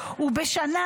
ובשנה,